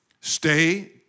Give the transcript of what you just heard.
Stay